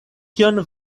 kion